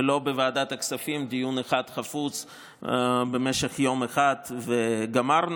ולא בוועדת הכספים בדיון אחד חפוז במשך יום אחד וגמרנו.